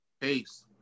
Peace